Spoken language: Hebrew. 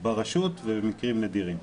ברשות ובמקרים נדירים.